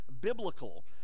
biblical